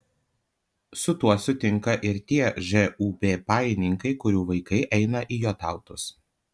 su tuo sutinka ir tie žūb pajininkai kurių vaikai eina į jotautus